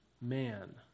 man